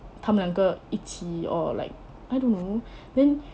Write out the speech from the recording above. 他们两个一起 or like I don't know then